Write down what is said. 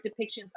depictions